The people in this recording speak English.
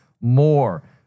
more